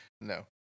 No